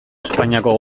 espainiako